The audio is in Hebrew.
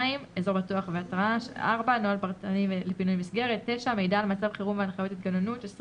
2 [אזור בטוח והתרעה], 4 , 9 , 23 ,